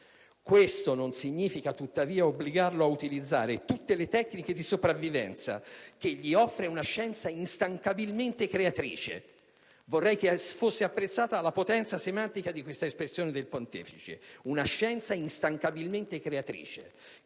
Questo non significa tuttavia obbligarlo a utilizzare tutte le tecniche di sopravvivenza che gli offre una scienza instancabilmente creatrice». Vorrei che fosse apprezzata la potenza semantica dell'espressione del Pontefice «una scienza instancabilmente creatrice»,